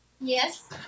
Yes